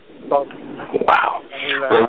Wow